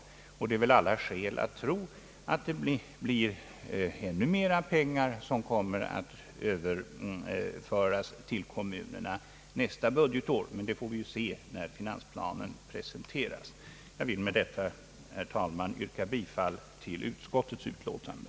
Det finns alla skäl att tro att ännu mer pengar kommer att överföras till kommunerna nästa budgetår; men det får vi se när finansplanen presenteras. Jag vill med detta, herr talman, yrka bifall till utskottets utlåtande.